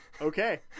Okay